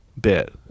bit